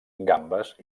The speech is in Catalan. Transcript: gambes